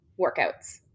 workouts